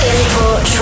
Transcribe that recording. Import